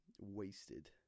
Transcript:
wasted